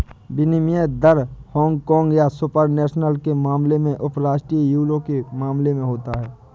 विनिमय दर हांगकांग या सुपर नेशनल के मामले में उपराष्ट्रीय यूरो के मामले में होता है